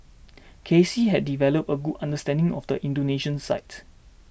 K C had developed a good understanding of the Indonesian psyche